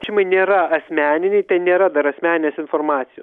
šimai nėra asmeniniai ten nėra dar asmeninės informacijos